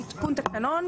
עדכון תקנון